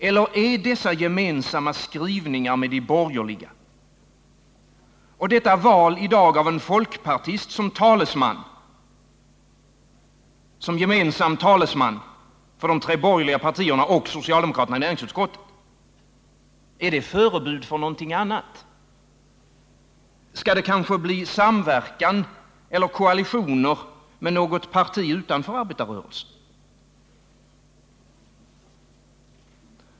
Eller är dessa gemensamma skrivningar med de borgerliga och valet i dag av en folkpartist som talesman för de tre borgerliga partierna och socialdemokraterna i näringsutskottet förebud för något annat — skall det kanske bli samverkan eller koalitioner med något parti utanför arbetarrörelsen?